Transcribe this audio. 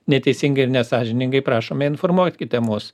neteisingai ir nesąžiningai prašome informuokite mus